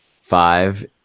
five